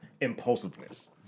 impulsiveness